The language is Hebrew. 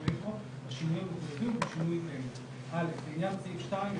או שבועיים ואני כבר אז אמרתי לך שזה המצב,